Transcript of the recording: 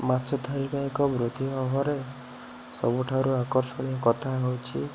ମାଛ ଧରିବା ଏକ ବୃଦ୍ଧି ଭାବରେ ସବୁଠାରୁ ଆକର୍ଷଣୀୟ କଥା ହେଉଛି